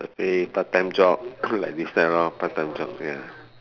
eh part time job like this type lor part time job ya